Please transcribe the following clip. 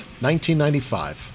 1995